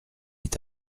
est